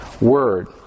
Word